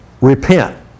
repent